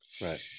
Right